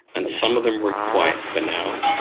and some of them were quite banal,